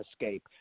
escape